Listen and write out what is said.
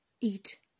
eat